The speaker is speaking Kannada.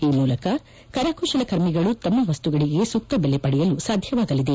ಈ ಮೂಲಕ ಕರಕುಶಲ ಕರ್ಮಿಗಳು ತಮ್ಮ ವಸ್ತುಗಳಿಗೆ ಸೂಕ್ತ ಬೆಲೆ ಪಡೆಯಲು ಸಾಧ್ಯವಾಗಲಿದೆ